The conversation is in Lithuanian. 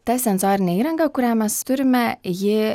ta sensorine įranga kurią mes turime ji